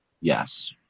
yes